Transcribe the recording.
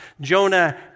Jonah